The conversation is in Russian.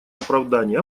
оправданий